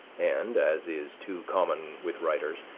and, as is too common with writers,